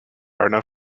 arnav